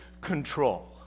control